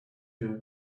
here